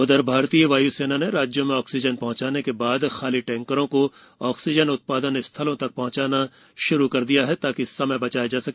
उधरभारतीय वाय्सेना ने राज्यों में ऑक्सीजन पहंचाने के बाद खाली टैंकरों को ऑक्सीजन उत्पादन स्थलों तक पहंचाना श्रू कर दिया है ताकि समय बचाया जा सके